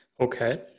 Okay